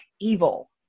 evil